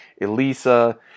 Elisa